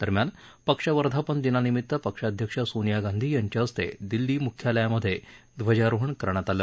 दरम्यान पक्ष वर्धापनदिनानिमित पक्षाध्यक्ष सोनिया गांधी यांच्या हस्ते दिल्लीत म्ख्यालयात ध्वजारोहण करण्यात आलं